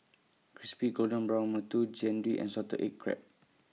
Crispy Golden Brown mantou Jian Dui and Salted Egg Crab